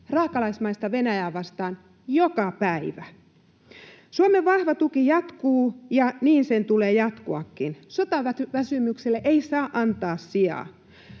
raakalaismaista Venäjää vastaan joka päivä. Suomen vahva tuki jatkuu, ja niin sen tulee jatkuakin. Sotaväsymykselle ei saa antaa sijaa.